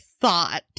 thought